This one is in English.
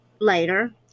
later